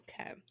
okay